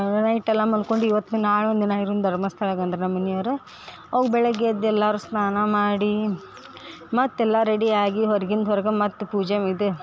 night ಎಲ್ಲ ಮಲ್ಕೊಂಡು ಇವತ್ತು ನಾಳೆ ಒಂದು ದಿನ ಇರುಮ್ ಧರ್ಮಸ್ಥಳಗ್ ಅಂದ್ರೆ ನಮ್ಮ ಮನಿಯವ್ರು ಅವು ಬೆಳಗ್ಗೆ ಎದ್ದ ಎಲ್ಲರೂ ಸ್ನಾನ ಮಾಡಿ ಮತ್ತು ಎಲ್ಲ ರೆಡಿ ಆಗಿ ಹೊರ್ಗಿಂದ ಹೊರ್ಗೆ ಮತ್ತೆ ಪೂಜೆ ಇದೆ